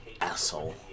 Asshole